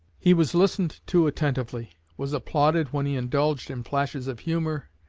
he was listened to attentively was applauded when he indulged in flashes of humor,